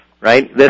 Right